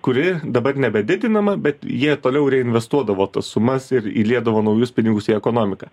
kuri dabar nebedidinama bet jie toliau reinvestuodavo tas sumas ir įliedavo naujus pinigus į ekonomiką